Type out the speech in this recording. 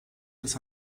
des